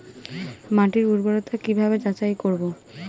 মাটির উর্বরতা কি ভাবে যাচাই করব?